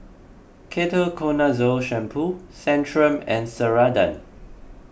Ketoconazole Shampoo Centrum and Ceradan